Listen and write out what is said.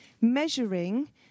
Measuring